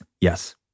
Yes